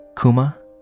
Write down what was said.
Kuma